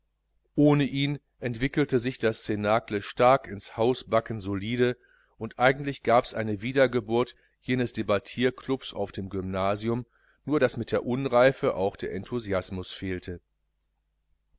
ohne ihn entwickelte sich das cnacle stark ins hausbacken solide und eigentlich gabs eine wiedergeburt jenes debattierklubs auf dem gymnasium nur daß mit der unreife auch der enthusiasmus fehlte